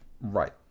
Right